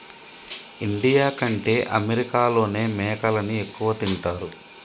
India కంటే అమెరికాలోనే మేకలని ఎక్కువ తింటారు